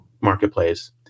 marketplace